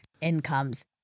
incomes